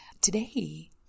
Today